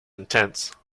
intense